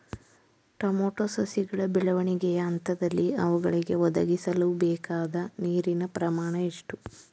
Tomato ಸಸಿಗಳ ಬೆಳವಣಿಗೆಯ ಹಂತದಲ್ಲಿ ಅವುಗಳಿಗೆ ಒದಗಿಸಲುಬೇಕಾದ ನೀರಿನ ಪ್ರಮಾಣ ಎಷ್ಟು?